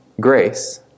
grace